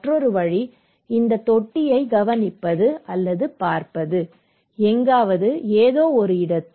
மற்றொரு வழி இந்த தொட்டியைக் கவனிப்பது அல்லது பார்ப்பது எங்காவது ஏதோ ஒரு இடத்தில்